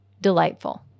delightful